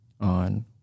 on